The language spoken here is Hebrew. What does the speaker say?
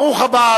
ברוך הבא,